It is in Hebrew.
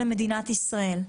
למדינת ישראל.